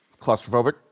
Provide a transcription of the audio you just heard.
Claustrophobic